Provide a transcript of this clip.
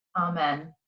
Amen